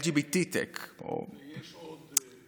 יש עוד.